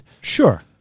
sure